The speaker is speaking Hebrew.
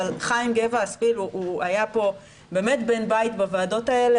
אבל חיים גבע היה פה בן בית בוועדות האלה,